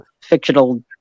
fictional